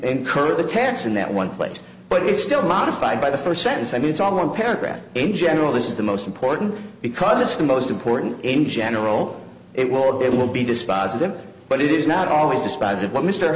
and curb the tax in that one place but it's still modified by the first sentence i mean it's all one paragraph in general this is the most important because it's the most important in general it will be it will be dispositive but it is not always despised what mr